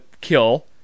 kill